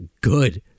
good